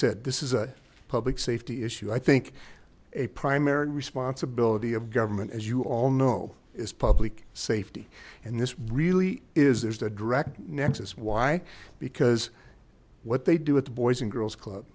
said this is a public safety issue i think a primary responsibility of government as you all know is public safety and this really is the direct nexus why because what they do with boys and girls club